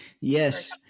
Yes